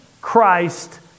Christ